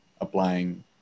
applying